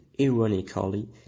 ironically